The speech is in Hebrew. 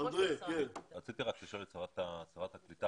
שרת הקליטה,